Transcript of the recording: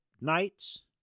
knights